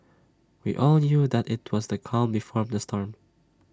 we all knew that IT was the calm before the storm